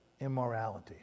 immorality